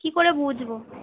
কি করে বুঝবো